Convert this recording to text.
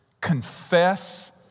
confess